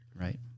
Right